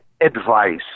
advice